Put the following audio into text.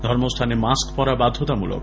ধর্মস্হানে mask পরা বাধ্যতামূলক